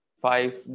five